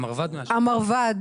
המרב"ד,